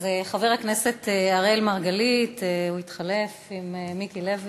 אז חבר הכנסת אראל מרגלית התחלף עם מיקי לוי.